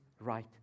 right